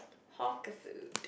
hawker food